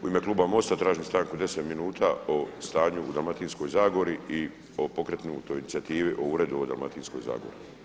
U ime kluba MOST-a tražim stanku 10 minuta o stanju u Dalmatinskoj zagori i o pokretanju, tj. o pokretanju inicijativi o uredu u Dalmatinskoj zagori.